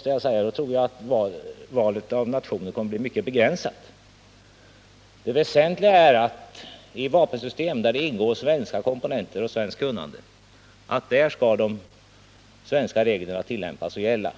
Sveriges tror jag att urvalet av nationer kommer att bli mycket begränsat. Det väsentliga är att beträffande vapensystem där det ingår svenska komponenter och svenskt kunnande skall svenska regler tillämpas och gälla.